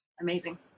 Amazing